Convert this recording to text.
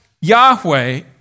Yahweh